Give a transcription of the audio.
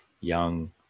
young